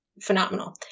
phenomenal